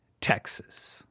Texas